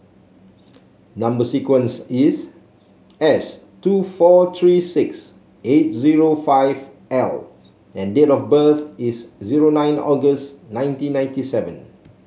number sequence is S two four three six eight zero five L and date of birth is zero nine August nineteen ninety seven